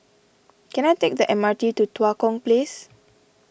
can I take the M R T to Tua Kong Place